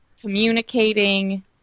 Communicating